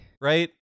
right